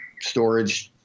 storage –